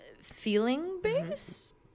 feeling-based